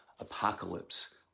Apocalypse